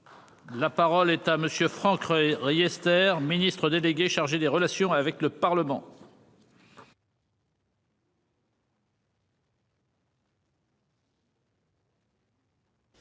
La parole est à monsieur Franck re-Riester Ministre délégué chargé des relations avec le Parlement.